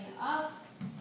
up